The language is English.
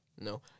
No